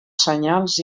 senyals